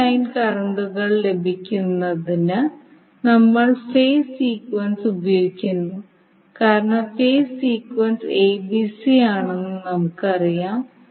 മറ്റ് ലൈൻ കറണ്ടുകൾ ലഭിക്കുന്നതിന് നമ്മൾ ഫേസ് സീക്വൻസ് ഉപയോഗിക്കുന്നു കാരണം ഫേസ് സീക്വൻസ് abc ആണെന്ന് നമുക്കറിയാം